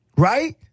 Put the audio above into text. right